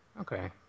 Okay